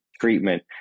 treatment